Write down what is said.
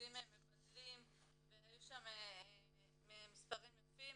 כנסים מבדלים והיו שם מספרים יפים